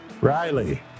Riley